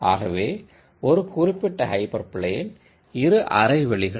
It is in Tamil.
ஆக ஒரு குறிப்பிட்ட ஹைப்பர் பிளேன் இரு ஹாஃப் ஸ்பேஸ்களை